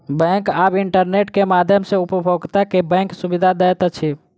bank आब internet के माध्यम सॅ उपभोगता के बैंक सुविधा दैत अछि